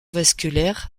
vasculaire